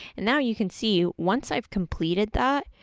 and now you can see once i've completed that,